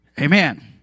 Amen